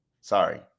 Sorry